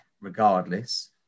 regardless